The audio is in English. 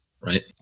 right